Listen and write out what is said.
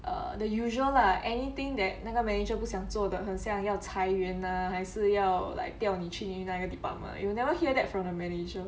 uh the usual lah anything that 那个 manager 不想做的很像要裁员啊还是要 like 调你去哪一个 department you'll never hear that from the manager